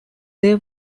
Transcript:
they